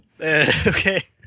Okay